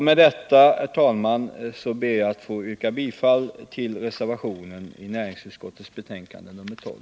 Med detta, herr talman, ber jag att få yrka bifall till reservationen i näringsutskottets betänkande nr 12.